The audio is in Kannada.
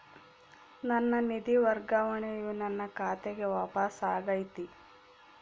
ನನ್ನ ನಿಧಿ ವರ್ಗಾವಣೆಯು ನನ್ನ ಖಾತೆಗೆ ವಾಪಸ್ ಆಗೈತಿ